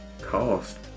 cost